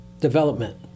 development